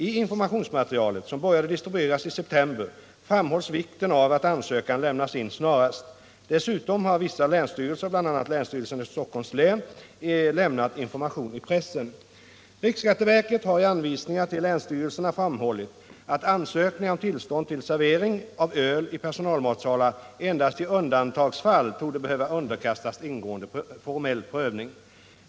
I informationsmaterialet, som började distribueras i september, framhålls vikten av att ansökan lämnas in snarast. Dessutom har vissa länsstyrelser, bl.a. länsstyrelsen i Stockholms län, lämnat information i pressen. Riksskatteverket har i anvisningar till länsstyrelserna framhållit att ansökningar om tillstånd till servering av öl i personalmatsalar endast i undantagsfall torde behöva underkastas ingående formell prövning.